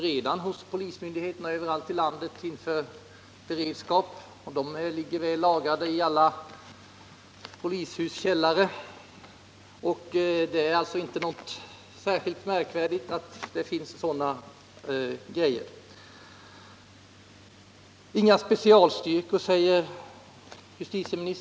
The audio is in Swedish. redan hos polismyndigheterna överallt i landet som beredskap — de finns väl lagrade i alla polishuskällare. Och det anses inte vara särskilt märkvärdigt att sådant finns. Justitieministern säger att det inte blir några specialstyrkor.